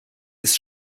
ist